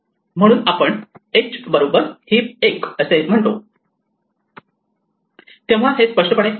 म्हणून आपण h heap 1 असे म्हणतो तेव्हा हे स्पष्टपणे सांगते